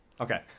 Okay